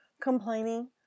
complaining